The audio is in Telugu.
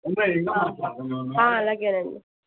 అలాగే అండి